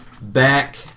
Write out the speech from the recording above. back